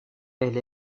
elle